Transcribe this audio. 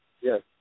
yes